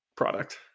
product